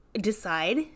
decide